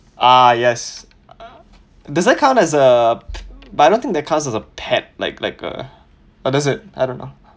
ah yes does that count as a but I don't think that counts like a pet like like uh or does it I don't know